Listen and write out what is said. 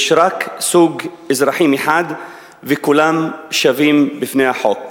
יש רק סוג אזרחים אחד וכולם שווים בפני החוק".